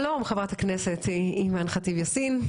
שלום חברת הכנסת אימאן ח'טיב יאסין,